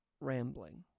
rambling